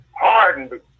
hardened